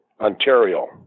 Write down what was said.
Ontario